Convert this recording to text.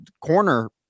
corner